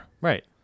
Right